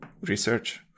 research